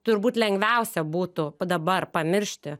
turbūt lengviausia būtų p dabar pamiršti